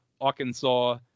Arkansas